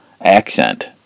accent